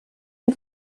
над